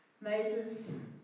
Moses